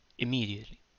immediately